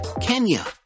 Kenya